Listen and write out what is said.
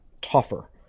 tougher